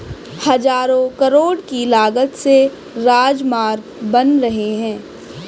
हज़ारों करोड़ की लागत से राजमार्ग बन रहे हैं